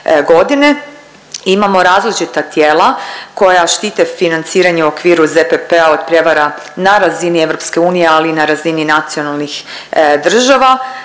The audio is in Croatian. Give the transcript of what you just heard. godine. Imamo različita tijela koja štite financiranje u okviru ZPP-a od prijevara na razini EU ali i na razini nacionalnih država